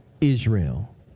Israel